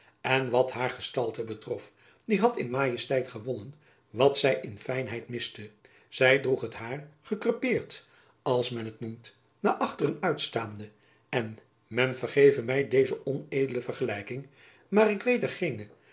en wat haar gestalte betrof die had in majesteit gewonnen wat zy in fijnheid miste zy droeg het hair gekrepeerd als men t noemt naar achteren uitstaande en men vergeve my deze onedele vergelijking maar ik weet